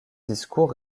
discours